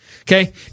Okay